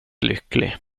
lycklig